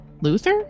Luther